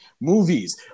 movies